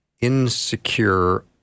insecure